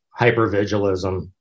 hypervigilism